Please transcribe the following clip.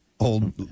old